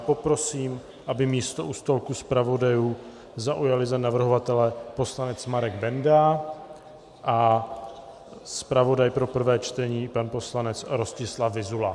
Poprosím, aby místo u stolku zpravodajů zaujali za navrhovatele poslanec Marek Benda a zpravodaj pro prvé čtení pan poslanec Rostislav Vyzula.